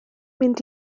mynd